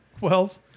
Wells